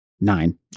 nine